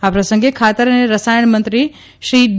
આ પ્રસંગે ખાતર અને રસાયણમંત્રી ડી